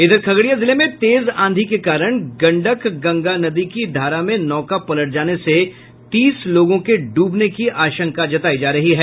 इधर खगड़िया जिले में तेज आंधी के कारण गंडक गंगा नदी की धारा में नौका पलट जाने से तीस लोगों के ड्रबने की आशंका जतायी जा रही है